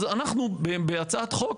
אז אנחנו בהצעת חוק